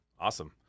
Awesome